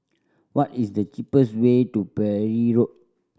what is the cheapest way to Parry Road